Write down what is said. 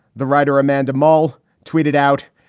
the writer amanda maule tweeted out,